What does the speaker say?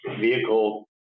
vehicle